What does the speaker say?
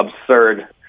absurd